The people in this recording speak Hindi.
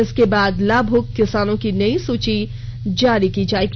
इसके बाद लाभुक किसानों की नयी सूची जारी की जायेगी